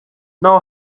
know